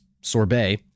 Sorbet